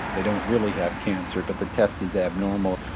they don't really have cancer but the test is abnormal.